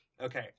Okay